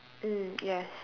mm yes